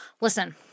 Listen